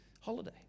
holiday